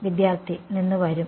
വിദ്യാർത്ഥി നിന്ന് വരും